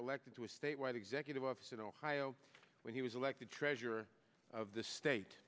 elected to a statewide executive office in ohio when he was elected treasurer of the state